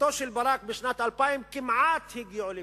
בתקופתו של ברק בשנת 2000 כמעט הגיעו להסכם,